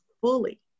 fully